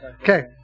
Okay